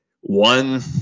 one